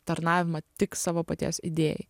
tarnavimą tik savo paties idėjai